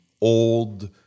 old